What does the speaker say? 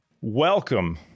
Welcome